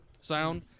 sound